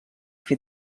fet